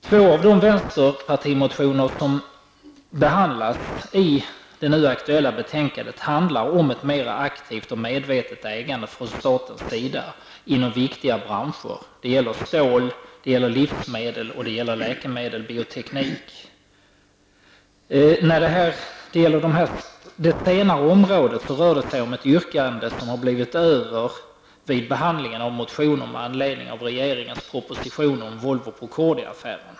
Två av de motioner från vänsterpartiet som behandlas i det nu aktuella betänkandet handlar om ett mera aktivt och medvetet agerande från statens sida inom de viktiga branscherna står livsmedel och läkemedel/bioteknik. När det gäller det senare området rör det sig om ett yrkande som har blivit över vid behandlingen av motioner med anledning av regeringens proposition om Volvo-procordia-affären.